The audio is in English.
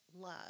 love